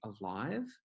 alive